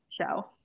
show